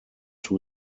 two